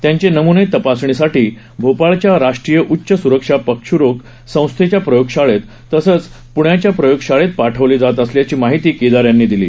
त्यांचे नम्ने तपासणीसाठी भोपाळच्या राष्ट्रीय उच्च सुरक्षा पश्रोग संस्थेच्या प्रयोगशाळेत तसंच पुण्याच्या प्रयोगशाळेत पाठवले जात असल्याचं केदार यांनी सांगितलं